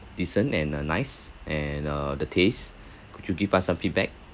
decent and uh nice and uh the taste could you give us some feedback